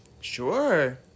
Sure